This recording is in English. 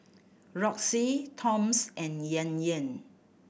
Roxy Toms and Yan Yan